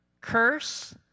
curse